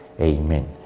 Amen